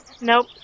Nope